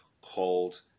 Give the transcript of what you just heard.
called